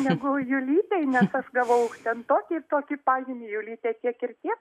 negu julytei nes aš gavau ten tokį ir tokį pažymį julytė tiek ir tiek